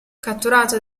catturato